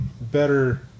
better